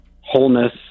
wholeness